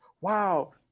Wow